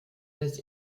des